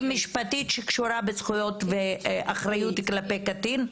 משפטית שקשורה בזכויות ואחריות כלפי קטין.